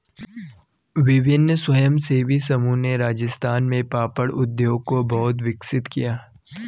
विभिन्न स्वयंसेवी समूहों ने राजस्थान में पापड़ उद्योग को बहुत विकसित किया